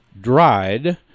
dried